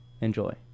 Enjoy